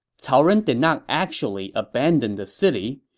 cao ren did not actually abandon the city.